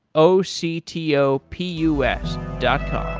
o c t o p u s dot com